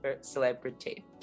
celebrity